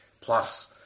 plus